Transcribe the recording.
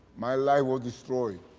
my life was destroyed.